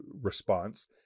response